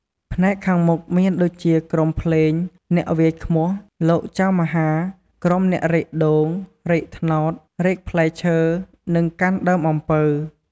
ផ្នែកខាងមុខ មានដូចជាក្រុមភ្លេង អ្នកវាយឃ្មោះ លោកចៅមហា ក្រុមអ្នករែកដូង រែកត្នោត រែកផ្លែឈើ និងកាន់ដើមអំពៅ។